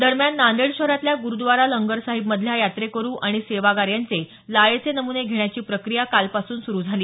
दरम्यान नांदेड शहरातल्या गुरुद्वारा लंगर साहिब मधल्या यात्रेकरू आणि सेवागार यांचे लाळेचे नमुने घेण्याची प्रक्रिया कालपासून सुरू झाली